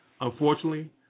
Unfortunately